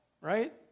right